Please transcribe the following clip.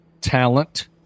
talent